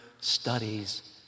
studies